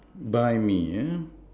by me uh